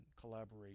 collaboration